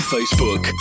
Facebook